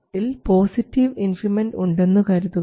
VGS ൽ positive increment ഉണ്ടെന്നു കരുതുക